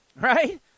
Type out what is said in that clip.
right